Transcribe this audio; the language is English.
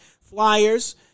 flyers